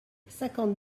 cinquante